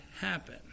happen